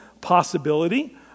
possibility